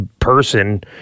person